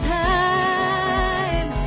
time